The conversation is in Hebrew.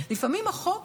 לפעמים החוק